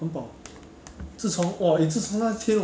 没有我那时候买 laksa 没有 laksa